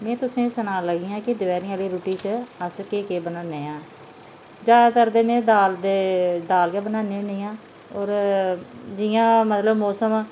में तुसें गी सनान लगी आं के दपैह्री आह्ली रुट्टी च अस केह् केह् बनान्ने आं जैदातर दिनें दाल ते दाल गै बनान्ने होन्ने आं और जि'यां मतलब मौसम